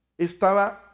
estaba